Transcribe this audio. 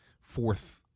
fourth